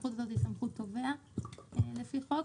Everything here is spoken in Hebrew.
הסמכות הזאת היא סמכות תובע לפי חוק,